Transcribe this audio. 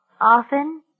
Often